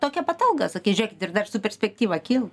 tokią pat algą sakys žėkit ir dar su perspektyva kilt